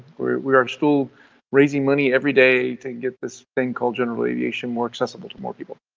we're we're and still raising money every day to get this then called general aviation more accessible to more people.